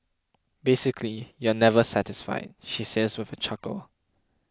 basically you're just never satisfied she says with a chuckle